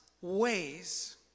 ways